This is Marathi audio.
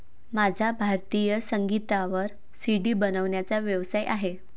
माझा भारतीय संगीतावर सी.डी बनवण्याचा व्यवसाय आहे